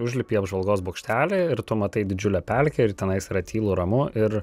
užlipi į apžvalgos bokštelį ir tu matai didžiulę pelkę ir tenais yra tylu ramu ir